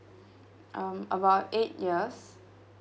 um about eight years